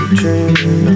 dreaming